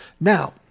Now